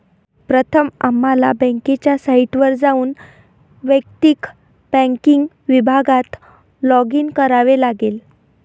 प्रथम आम्हाला बँकेच्या साइटवर जाऊन वैयक्तिक बँकिंग विभागात लॉगिन करावे लागेल